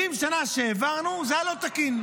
ב-70 השנה שהעברנו זה היה לא תקין.